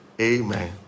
amen